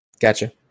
Gotcha